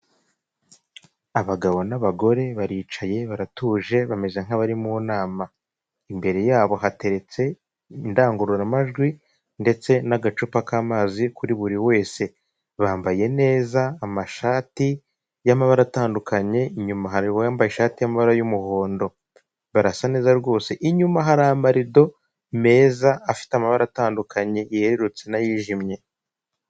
Abagabo n'abagore baricaye baratuje bameze nk'abari mu nama, imbere yabo hateretse indangururamajwi ndetse n'agacupa k'amazi kuri buri wese, bambaye neza amashati y'amabara atandukanye inyuma hari uwambaye ishati y'amabara y'umuhondo, barasa neza rwose inyuma hari amarido meza afite amabara atandukanye yerurutse n'ayijimye.